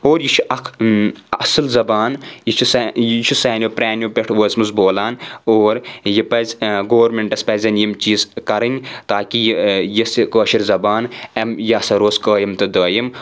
اور یہِ چھُ اکھ اَصٕل زبان یہِ چھُ سُہ سانِیَو پٕرٛانِیَو پؠٹھ وٲژمٕژ بولان اور یہِ پَزِ گورمِینٛٹَس پَزن یِم چیٖز کَرٕنۍ تاکہِ یہِ یُس یہِ کٲشِر زبان اَمہِ یہِ ہسا روزِ قٲیِم تہٕ دٲیِم